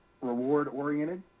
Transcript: reward-oriented